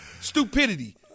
stupidity